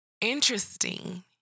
Interesting